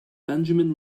benjamin